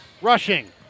Rushing